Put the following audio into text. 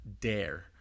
dare